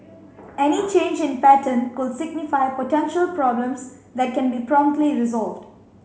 any change in pattern could signify potential problems that can be promptly resolved